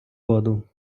воду